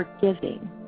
forgiving